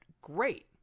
great